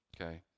okay